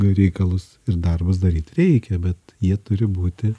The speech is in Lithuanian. reikalus ir darbus daryt reikia bet jie turi būti